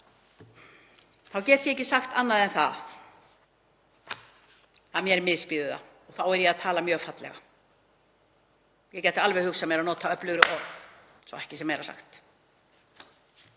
þá get ég ekki sagt annað en það að mér misbýður það og þá er ég að tala mjög fallega. Ég gæti alveg hugsað mér að nota öflugri orð, svo að ekki sé meira sagt.